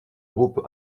groupe